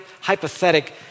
hypothetic